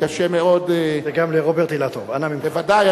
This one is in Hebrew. קשה מאוד, וגם לרוברט אילטוב, אנא ממך.